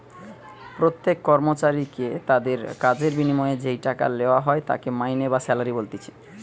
প্রত্যেক কর্মচারীকে তাদির কাজের বিনিময়ে যেই টাকা লেওয়া হয় তাকে মাইনে বা স্যালারি বলতিছে